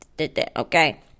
Okay